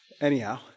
Anyhow